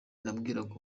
nabwiraga